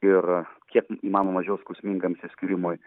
ir kiek mažiau skausmingam išsiskyrimui